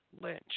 Lynch